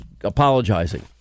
apologizing